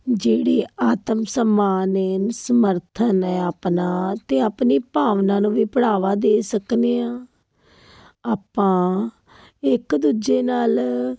ਜਿਹੜੇ ਆਤਮ ਸਨਮਾਨ ਹੈ ਸਮਰਥਨ ਹੈ ਆਪਣਾ ਅਤੇ ਆਪਣੀ ਭਾਵਨਾ ਨੂੰ ਵੀ ਵੜਾਵਾ ਦੇ ਸਕਦੇ ਹਾਂ ਆਪਾਂ ਇੱਕ ਦੂਜੇ ਨਾਲ